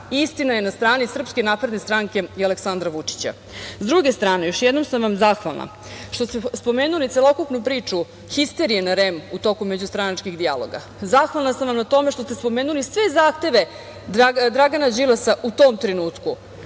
Istina je na strani SNS i Aleksandra Vučića.S druge strane, još jednom sam vam zahvalna što ste spomenuli celokupnu priču histerije na REM u toku međustranačkih dijaloga. Zahvalna sam vam na tome što ste spomenuli sve zahteve Dragana Đilasa u tom trenutku.